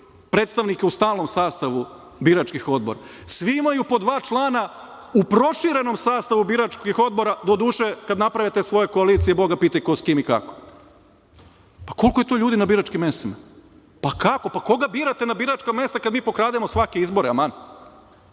predstavnika u stalnom12/2 BN/IRsastavu biračkih odbora, svi imaju po dva člana u proširenom sastavu biračkih odbora, doduše, kada naprave te svoje koalicije, boga pitaj ko s kim i kako. Pa, koliko je to ljudi na biračkim mestima? Pa, kako, pa koga birate na biračka mesta kad mi pokrademo svake izbore, aman? Od